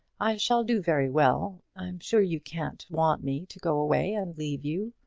i shall do very well. i'm sure you can't want me to go away and leave you.